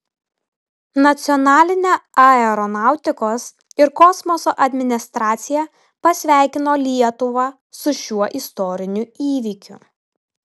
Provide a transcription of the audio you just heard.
nacionalinė aeronautikos ir kosmoso administracija pasveikino lietuvą su šiuo istoriniu įvykiu